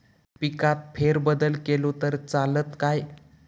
पिकात फेरबदल केलो तर चालत काय?